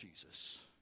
Jesus